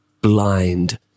Blind